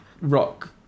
rock